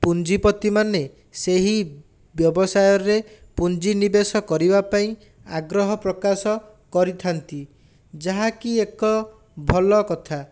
ପୁଞ୍ଜିପତି ମାନେ ସେହି ବ୍ୟବସାୟରେ ପୁଞ୍ଜି ନିବେଶ କରିବାପାଇଁ ଆଗ୍ରହ ପ୍ରକାଶ କରିଥାନ୍ତି ଯାହାକି ଏକ ଭଲ କଥା